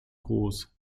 groß